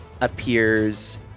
appears